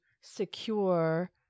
secure